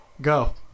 Go